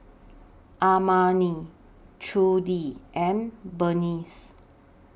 Armani Trudi and Berneice